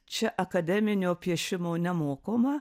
čia akademinio piešimo nemokoma